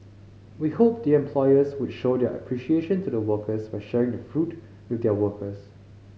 we hope the employers would show their appreciation to the workers by sharing the fruit with their workers